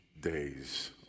days